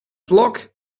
flock